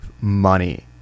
money